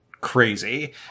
crazy